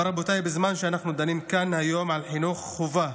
רבותיי, בזמן שאנחנו דנים כאן היום על חינוך חובה